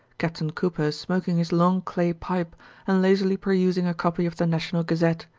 captain cooper smoking his long clay pipe and lazily perusing a copy of the national gazette.